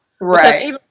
Right